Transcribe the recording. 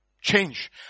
change